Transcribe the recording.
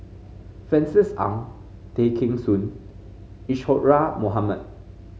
Francis Ng Tay Kheng Soon Isadhora Mohamed